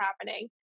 happening